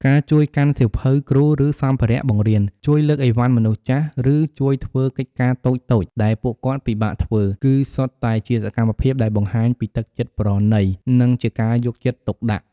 ការជួយកាន់សៀវភៅគ្រូ ឬសម្ភារៈបង្រៀន ជួយលើកអីវ៉ាន់មនុស្សចាស់ ឬជួយធ្វើកិច្ចការតូចៗដែលពួកគាត់ពិបាកធ្វើ គឺសុទ្ធតែជាសកម្មភាពដែលបង្ហាញពីទឹកចិត្តប្រណី និងការយកចិត្តទុកដាក់។